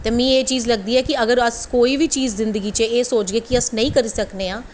ते मिगी एह् चीज़ लगदी ऐ कि अस अगर कोई बी चीज़ जिन्दगी च एह् सोचगे कि अस नेंई करी सकने आं